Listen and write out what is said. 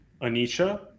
Anisha